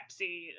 pepsi